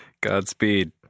Godspeed